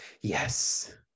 yes